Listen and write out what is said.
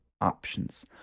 options